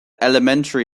elementary